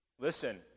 Listen